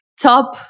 top